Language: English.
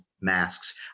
masks